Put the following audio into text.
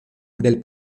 del